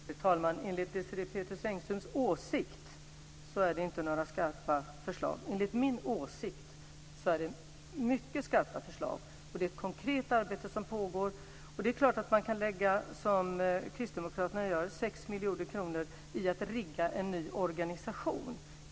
Fru talman! Enligt Désirée Pethrus Engströms åsikt är det inte några skarpa förslag. Enligt min åsikt är det mycket skarpa förslag, och det är ett konkret arbete som pågår. Det är klart att man, som kristdemokraterna gör, kan lägga sex miljarder kronor på att rigga en ny organisation.